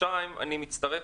כמו כן, אני מצטרף